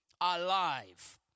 alive